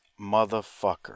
motherfucker